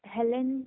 Helen